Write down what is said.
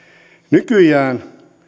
nykyään